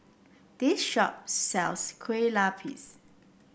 this shop sells Kueh Lupis